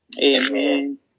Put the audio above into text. Amen